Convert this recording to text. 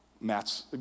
Matt's